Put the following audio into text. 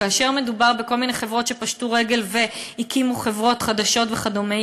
כאשר מדובר בכל מיני חברות שפשטו רגל והקימו חברות חדשות וכדומה,